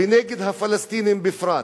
ונגד הפלסטינים בפרט.